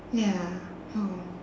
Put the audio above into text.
ya oh